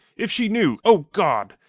if she knew! o god!